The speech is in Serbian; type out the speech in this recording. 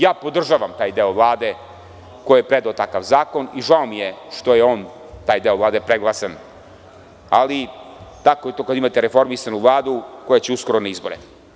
Ja podržavam taj deo Vlade koji je predao takav zakon i žao mi je što je on taj deo Vlade preglasan, ali tako je to kada imate reformisanu Vladu koja će uskoro na izbore.